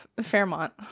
fairmont